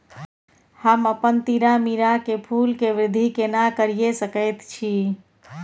हम अपन तीरामीरा के फूल के वृद्धि केना करिये सकेत छी?